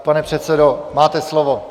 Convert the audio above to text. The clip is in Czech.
Pane předsedo, máte slovo.